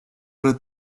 red